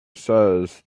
says